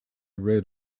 read